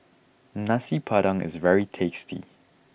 Nasi Padang is very tasty